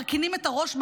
מרכינים את הראש,